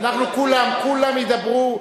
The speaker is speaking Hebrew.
כולם ידברו,